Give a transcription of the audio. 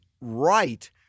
right